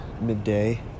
midday